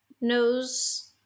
knows